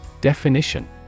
Definition